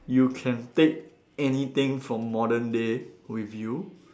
you can take anything from modern day with you